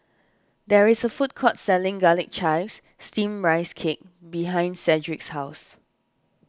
there is a food court selling Garlic Chives Steamed Rice Cake behind Cedric's house